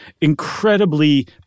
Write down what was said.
incredibly